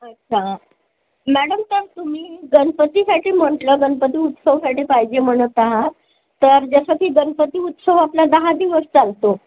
अच्छा मॅडम तर तुम्ही गणपतीसाठी म्हटलं गणपती उत्सवासाठी पाहिजे म्हणत आहात तर जसं की गणपती उत्सव आपला दहा दिवस चालतो